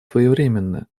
своевременны